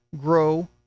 grow